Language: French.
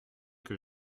que